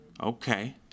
Okay